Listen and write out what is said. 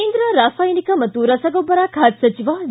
ಕೇಂದ್ರ ರಾಸಾಯನಿಕ ಮತ್ತು ರಸಗೊಬ್ಬರ ಖಾತೆ ಸಚಿವ ಡಿ